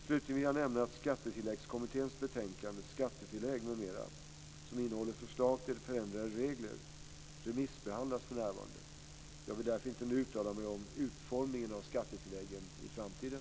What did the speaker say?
Slutligen vill jag nämna att Skattetilläggskommitténs betänkande Skattetillägg m.m., som innehåller förslag till ändrade regler, remissbehandlas för närvarande. Jag vill därför inte nu uttala mig om utformningen av skattetilläggen i framtiden.